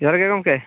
ᱡᱚᱦᱟᱨ ᱜᱮ ᱜᱚᱢᱠᱮ